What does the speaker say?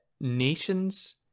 nations